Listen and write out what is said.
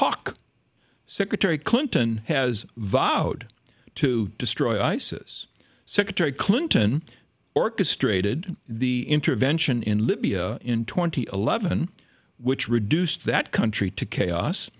hawk secretary clinton has vowed to destroy isis secretary clinton orchestrated the intervention in libya in twenty eleven which reduced that country to chaos